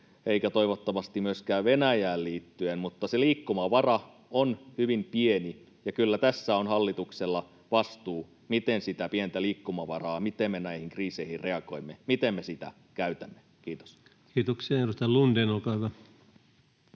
eivätkä toivottavasti myöskään Venäjään liittyen, mutta se liikkumavara on hyvin pieni, ja kyllä tässä on hallituksella vastuu siitä, miten me näihin kriiseihin reagoimme, miten me sitä pientä liikkumavaraa käytämme. — Kiitos. Kiitoksia. — Edustaja Lundén, olkaa hyvä.